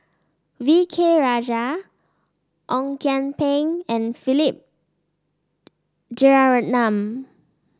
V K Rajah Ong Kian Peng and Philip Jeyaretnam